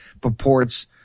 purports